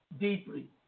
deeply